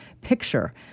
picture